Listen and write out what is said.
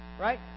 Right